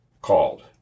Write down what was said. called